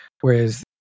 Whereas